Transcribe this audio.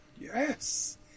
Yes